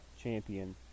champion